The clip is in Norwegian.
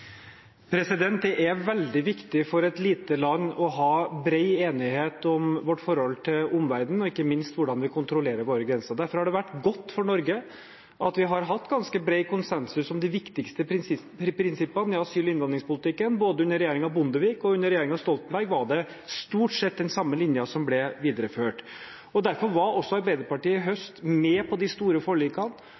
veldig viktig for et lite land å ha bred enighet om vårt forhold til omverden og ikke minst hvordan vi kontrollerer våre grenser. Derfor har det vært godt for Norge at vi har hatt ganske bred konsensus om de viktigste prinsippene i asyl- og innvandringspolitikken. Både under regjeringen Bondevik og under regjeringen Stoltenberg var det stort sett den samme linja som ble videreført. Derfor var også Arbeiderpartiet i høst med på de store forlikene